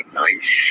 nice